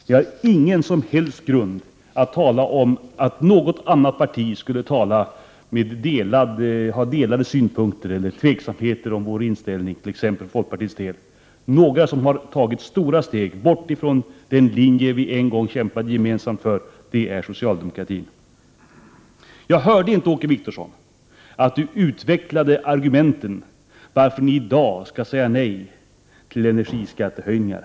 Ni har ingen som helst grund för att tala om att något annat parti skulle ha kluvna synpunkter eller att det skulle finnas någon tvekan när det t.ex. gäller folkpartiets inställning. Socialdemokratin har däremot tagit stora steg bort ifrån den linje som vi en gång kämpade gemensamt för. Jag hörde inte att Åke Wictorsson utvecklade argumenten för varför ni i dag säger nej till energiskattehöjningar.